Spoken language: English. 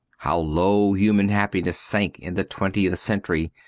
how low human happiness sank in the twentieth century,